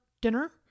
dinner